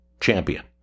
champion